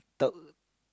talk